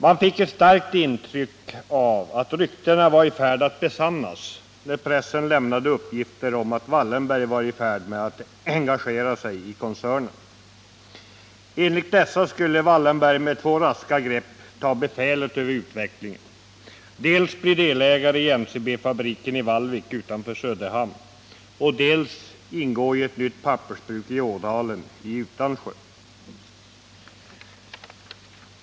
Man fick ett starkt intryck av att ryktena var i färd att besannas när pressen lämnade uppgifter om att Wallenberg stod i begrepp att engagera sig i koncernen. Enligt dessa rykten skulle Wallenberg med två raska grepp ta befälet över utvecklingen — dels bli delägare i NCB-fabriken i Vallvik utanför Söderhamn, dels ingå i ett nytt pappersbruk i Ådalen i Utansjö.